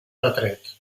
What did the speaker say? retret